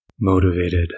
motivated